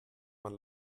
man